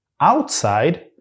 outside